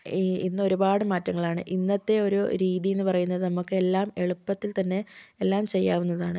E ഇന്ന് ഒരുപാട് മാറ്റങ്ങളാണ് ഇന്നത്തേ ഒരു രീതിയെന്ന് പറയുന്നത് നമുക്ക് എല്ലാം എളുപ്പത്തിൽ തന്നേ എല്ലാം ചെയ്യാവുന്നതാണ്